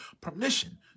permission